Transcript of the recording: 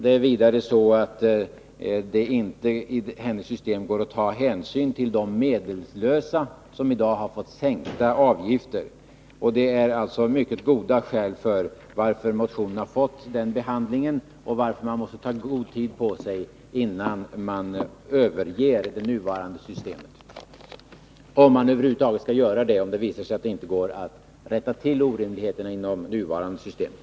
I hennes system går det inte att ta hänsyn till de medellösa som i dag har fått sänkta avgifter. Det finns alltså mycket goda skäl för att motionen har fått den behandling som den har fått och för att man måste ta god tid på sig innan man överger det nuvarande systemet — om man nu över huvud taget skall göra det om det visar sig att det inte går att rätta till orimligheterna inom det nuvarande systemet.